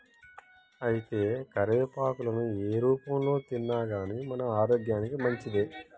అయితే కరివేపాకులను ఏ రూపంలో తిన్నాగానీ మన ఆరోగ్యానికి మంచిదే